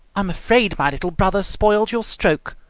i'm afraid my little brother spoiled your stroke,